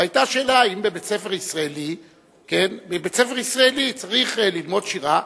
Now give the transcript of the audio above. והיתה שאלה אם בבית-ספר ישראלי צריך ללמוד שירה,